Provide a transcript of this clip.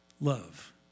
love